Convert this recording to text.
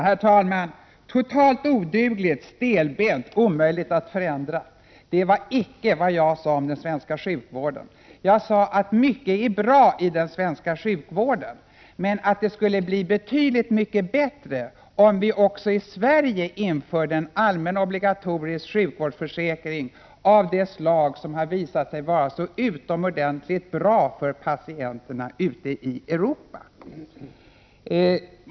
Herr talman! ”Totalt odugligt, stelbent, omöjligt att förändra” var icke vad jag sade om det svenska sjukvårdssystemet. Jag sade att mycket är bra i den svenska sjukvården men att det skulle bli betydligt mycket bättre, om vi också i Sverige införde en allmän obligatorisk sjukvårdsförsäkring av det slag som har visat sig vara så utomordentligt bra för patienterna ute i Europa.